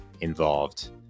involved